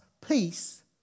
peace